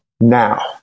now